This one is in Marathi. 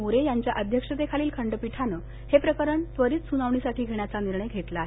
मोरे यांच्या अध्यक्षतेखालील खंडपीठानं हे प्रकरण त्वरित सुनावणीसाठी घेण्याचा निर्णय घेतला आहे